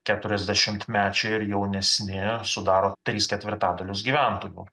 keturiasdešimtmečiai ar jaunesni sudaro tris ketvirtadalius gyventojų